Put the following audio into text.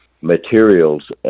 materials